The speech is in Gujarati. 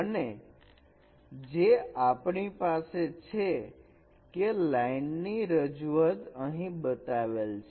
અને જે આપણી પાસે છે કે લાઈન ની રજૂઆત અહીં બતાવેલ છે